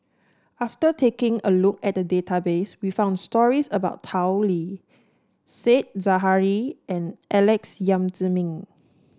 after taking a look at database we found stories about Tao Li Said Zahari and Alex Yam Ziming